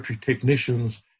technicians